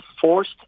forced